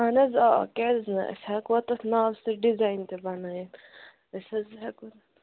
اَہَن حظ آ آ کیٛازِ نہٕ أسۍ ہٮ۪کوا تَتھ ناوٕ سۭتۍ ڈِزایِن تہِ بَنٲوِتھ أسۍ حظ ہٮ۪کو